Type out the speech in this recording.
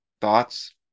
thoughts